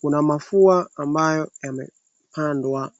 kuna mafua ambayo yamepandwa.